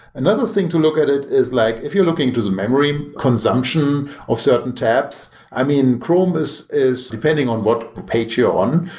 another thing to look at it is like if you're looking to the memory consumption of certain apps, i mean, chrome is is depending on what page you're on,